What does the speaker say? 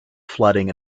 flooding